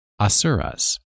Asuras